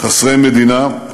חסרי מדינה,